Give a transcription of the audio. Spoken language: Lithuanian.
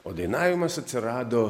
o dainavimas atsirado